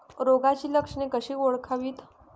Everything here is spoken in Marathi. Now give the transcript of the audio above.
रोगाची लक्षणे कशी ओळखावीत?